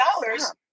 dollars